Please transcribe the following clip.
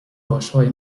آشهای